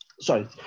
sorry